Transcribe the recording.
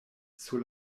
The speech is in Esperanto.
sur